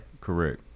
correct